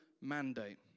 mandate